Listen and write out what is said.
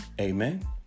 Amen